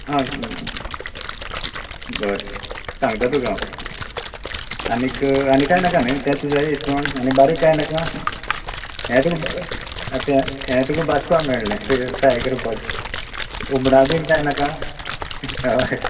आं बरें सांगता तुका हांव आनीक आनी कांय नाका न्ही तेंच जाय इसवण आनी बारीक कांय नाका हें तुका तें हें तुका भाजपा मेयळें फ्राय करपाक हुमणा बीन कांय नाका हय